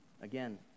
Again